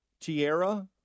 Tierra